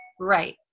Right